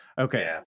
Okay